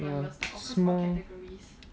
ya like small